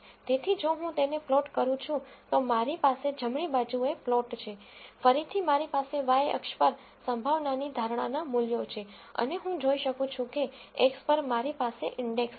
તેથી જો હું તેને પ્લોટ કરું છું તો મારી પાસે જમણી બાજુએ પ્લોટ છે ફરીથી મારી પાસે y અક્ષ પર પ્રોબેબ્લીટીની ધારણાના મૂલ્યો છે અને હું જોઈ શકું છું કે x પર મારી પાસે ઇન્ડેક્સ છે